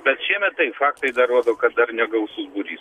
bet šiemet taip faktai rodo kad dar ne gausus būrys